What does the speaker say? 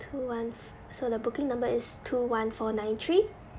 two one so the booking number is two one four nine three